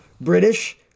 British